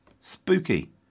Spooky